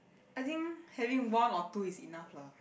I think having one or two is enough lah